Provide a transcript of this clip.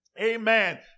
amen